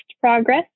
progress